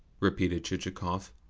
repeated chichikov,